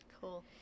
Cool